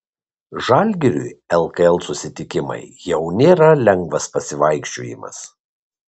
žalgiriui lkl susitikimai jau nėra lengvas pasivaikščiojimas